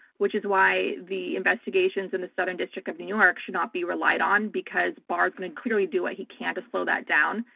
which is why the investigations in the southern district of new york should not be relied on, because barr's going to clearly do what he can to slow that down.